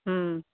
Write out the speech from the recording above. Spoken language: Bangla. হুম